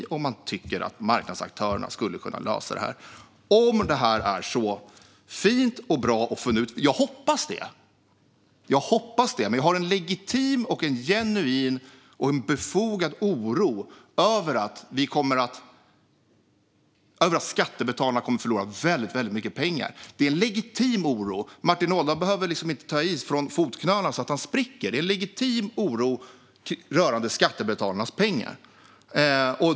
Man kan tycka att marknadsaktörerna skulle kunna lösa det här om det är så fint och bra. Jag hoppas det. Men jag har en legitim, genuin och befogad oro över att skattebetalarna kommer att förlora väldigt mycket pengar. Martin Ådahl behöver inte ta i från fotknölarna så att han spricker. Det är en legitim oro rörande skattebetalarnas pengar.